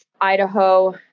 Idaho